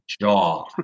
jaw